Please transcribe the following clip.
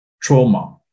trauma